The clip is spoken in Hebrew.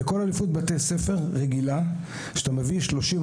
בכל אליפות בתי ספר רגילה כשאתה מביא 30,